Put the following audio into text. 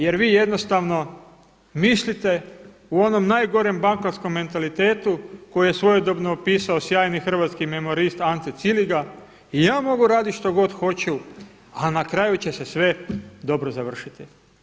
Jer vi jednostavno mislite u onom najgorem bankarskom mentalitetu koji je svojedobno opisao sjajni hrvatski memorist Ante Ciliga i ja mogu raditi što god hoću ali na kraju će se sve dobro završiti.